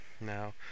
Now